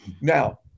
Now